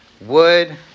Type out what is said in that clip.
wood